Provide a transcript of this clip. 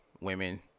women